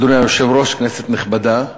אדוני היושב-ראש, כנסת נכבדה,